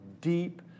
deep